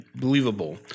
believable